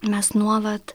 mes nuolat